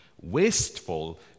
Wasteful